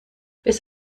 bis